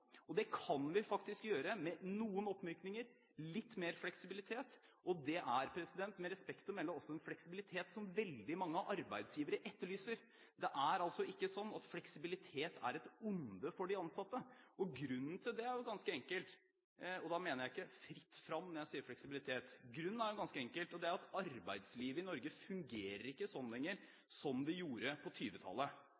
nå? Det kan vi faktisk gjøre med noen oppmykninger og litt mer fleksibilitet. Og det er med respekt å melde også en fleksibilitet som veldig mange arbeidsgivere etterlyser. Det er altså ikke sånn at fleksibilitet er et onde for de ansatte. Grunnen til det er ganske enkel – og da mener jeg ikke fritt fram når jeg sier fleksibilitet – og det er at arbeidslivet i Norge ikke lenger fungerer sånn